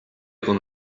con